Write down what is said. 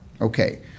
Okay